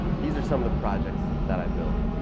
these are some of the projects that i build.